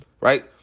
right